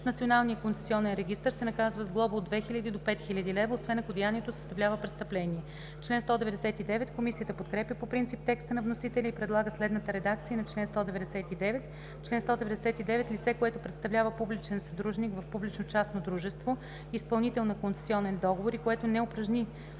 Националния концесионен регистър, се наказва с глоба от 2000 до 5000 лв., освен ако деянието съставлява престъпление.“ Комисията подкрепя по принцип текста на вносителя и предлага следната редакция на чл. 199: „Чл. 199. Лице, което представлява публичен съдружник в публично-частно дружество – изпълнител на концесионен договор, и което не упражни